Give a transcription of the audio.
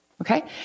Okay